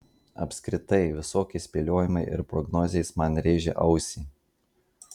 apskritai visokie spėliojimai ir prognozės man rėžia ausį